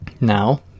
Now